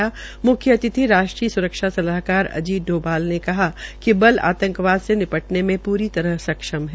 म्ख्य अतिथि राष्ट्रीय स्रक्षा सलाहकार अजीत डवाल ने कहा कि बल आतंकवाद से निपटने मे पूरी तरह सक्षम है